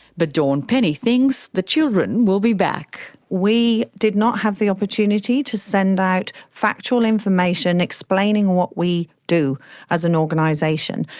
but dawn penney thinks the children will be back. we did not have the opportunity to send out factual information explaining what we do as an organisation.